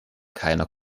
keiner